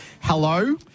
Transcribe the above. hello